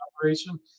operation